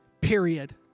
period